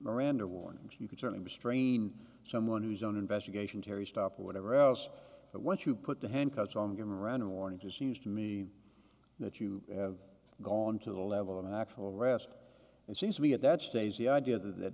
miranda warnings you could certainly restrain someone whose own investigation terry stop or whatever else but once you put the handcuffs on him around a warning to seems to me that you have gone to the level of an actual arrest and seems to be at that stage the idea that